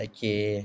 Okay